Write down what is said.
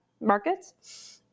markets